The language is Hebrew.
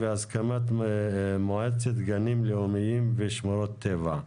והסכמת מועצת גנים לאומיים ושמורות טבע.